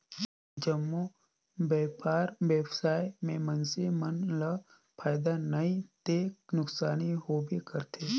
जम्मो बयपार बेवसाय में मइनसे मन ल फायदा नइ ते नुकसानी होबे करथे